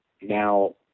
now